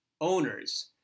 owners